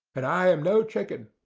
and i am no chicken.